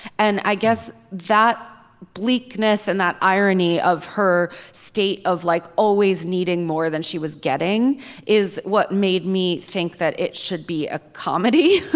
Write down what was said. and i guess that bleakness and that irony of her state of like always needing more than she was getting is what made me think that it should be a comedy.